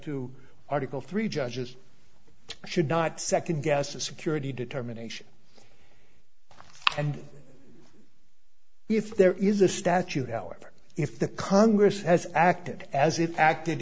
to article three judges should not second guess a security determination and if there is a statute however if the congress has acted as if acted